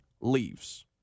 leaves